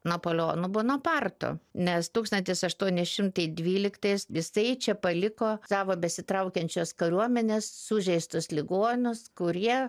napoleonu bonapartu nes tūkstantis aštuoni šimtai dvyliktais jisai čia paliko savo besitraukiančios kariuomenės sužeistus ligonius kurie